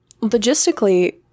logistically